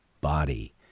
body